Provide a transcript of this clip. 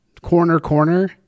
corner-corner